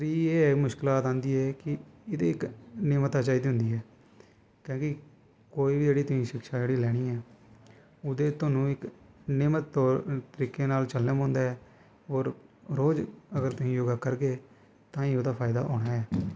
फिर एह् मुश्कलात आंदी ऐ कि एह्दे चइक नियमता चाही दी होंदी ऐ कोई बी तुसें शिक्षा जेह्ड़ी लैनी ऐं ओह्दे च तोआनू इक नियमत तरीके नाल चलना पौंदा ऐ और रोज़ अगर तुस योगा करगे तां गै ओह्दा फायदा होनां ऐ